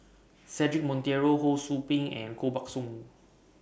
Cedric Monteiro Ho SOU Ping and Koh Buck Song